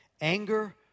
Anger